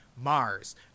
Mars